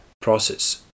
process